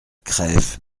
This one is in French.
crève